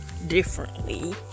differently